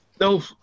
no